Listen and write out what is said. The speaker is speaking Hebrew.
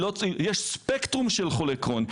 יש ספקטרום של חולי קרוהן.